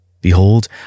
Behold